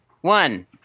One